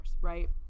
right